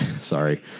sorry